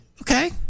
Okay